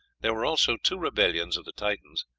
there were also two rebellions of the titans.